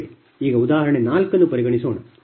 ಈಗ ಉದಾಹರಣೆ 4 ಅನ್ನು ಪರಿಗಣಿಸೋಣ